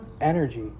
energy